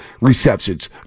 receptions